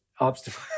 obstacle